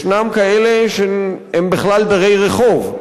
ישנם כאלה שהם בכלל דרי-רחוב.